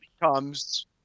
becomes